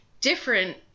different